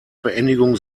beendigung